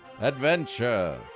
adventure